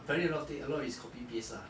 apparently a lot of thi~ a lot is copy paste lah